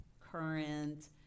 current